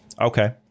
Okay